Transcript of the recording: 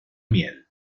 miel